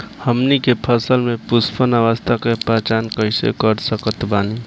हमनी के फसल में पुष्पन अवस्था के पहचान कइसे कर सकत बानी?